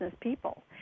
people